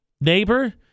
Neighbor